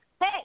Hey